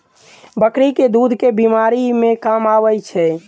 बकरी केँ दुध केँ बीमारी मे काम आबै छै?